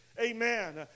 Amen